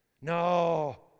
No